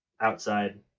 outside